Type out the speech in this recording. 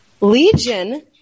Legion